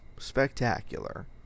spectacular